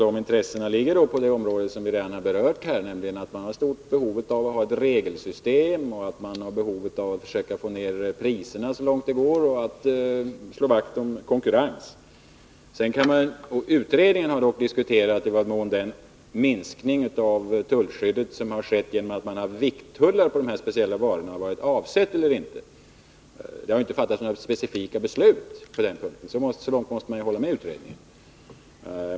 De intressena finns inom de områden som vi redan har berört här — man har stort behov att ett regelsystem, av att försöka få ner priserna så långt det går och att slå vakt om konkurrens. Utredningen har dock diskuterat i vad mån den minskning av tullskyddet som skett genom att man har vikttullar på de här speciella varorna har varit avsedd eller inte. Det har inte fattats några specifika beslut på den punkten. Och så långt måste man hålla med utredningen.